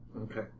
Okay